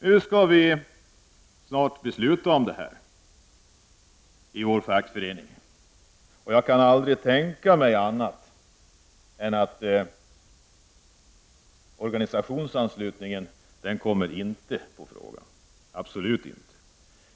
Nu skall vi snart fatta beslut om detta i vår fackförening. Jag kan inte tänka mig något annat än att en organisationsanslutning absolut inte kommer på fråga.